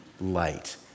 light